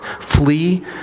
Flee